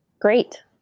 Great